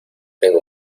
tengo